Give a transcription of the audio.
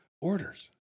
orders